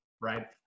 Right